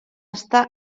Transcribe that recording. està